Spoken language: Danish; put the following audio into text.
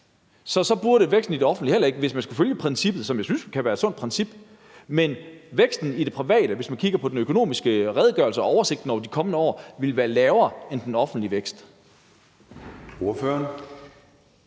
Så burde væksten i det offentlige heller ikke stige, hvis man skal følge princippet – som jeg synes kan være et sundt princip. Men væksten i det private vil, hvis man kigger på den økonomiske redegørelse og oversigten over de kommende år, være lavere end den offentlige vækst.